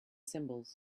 symbols